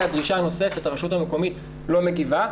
הדרישה הנוספת הרשות המקומית לא מגיבה,